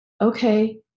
Okay